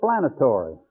explanatory